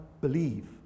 believe